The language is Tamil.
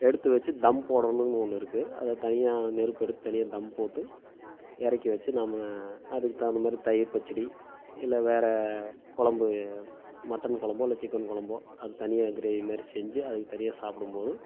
எடுத்து வச்சு தம் போடணும்னு ஒன்று இருக்கு அதை தனியாக நெருப்பு எடுத்து தனியாக தம் போட்டு இறக்கி வச்சு நாம் அதுக்கு தகுந்தமாதிரி தயிர் பச்சடி இல்லை வேறு குழம்பு மட்டன் குழம்போ இல்லை சிக்கன் குழம்போ அது தனியாக கிரேவி மாரி செஞ்சு அதுக்கு தனியாக சாப்பிடும்போது